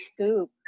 scoop